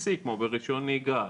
משהו בסיסי, כמו ברישיון נהיגה.